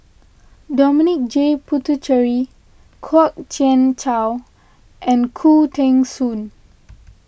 Dominic J Puthucheary Kwok Kian Chow and Khoo Teng Soon